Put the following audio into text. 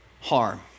harm